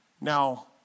Now